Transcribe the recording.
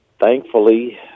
thankfully